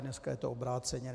Dneska je to obráceně.